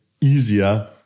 easier